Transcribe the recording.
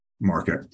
market